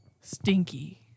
stinky